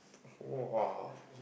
!wah!